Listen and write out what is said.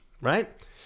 right